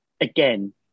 again